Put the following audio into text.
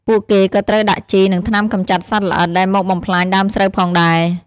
ពួកគេក៏ត្រូវដាក់ជី និងថ្នាំកម្ចាត់សត្វល្អិតដែលមកបំផ្លាញដើមស្រូវផងដែរ។